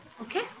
Okay